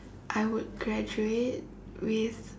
I would graduate with